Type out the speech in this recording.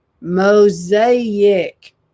Mosaic